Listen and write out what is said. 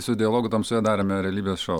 su dialogu tamsoje darėme realybės šou